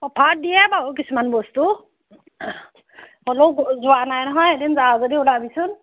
অফাৰত দিয়ে বাৰু কিছুমান বস্তু হ'লেও যোৱা নাই নহয় এদিন যাৱ যদি ওলাবিচোন